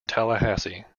tallahassee